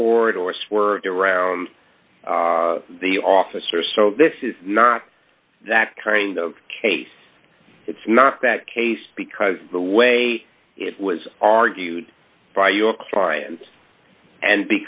toward or swerved around the officer so this is not that kind of case it's not that case because the way it was argued by your client and